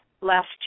last